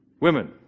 women